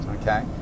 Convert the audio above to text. okay